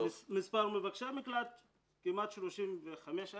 טוב --- מספר מבקשי המקלט הוא כמעט 35,000